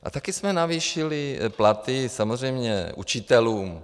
A taky jsme navýšili platy, samozřejmě, učitelům.